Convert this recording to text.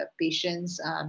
patient's